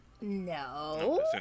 No